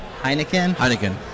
Heineken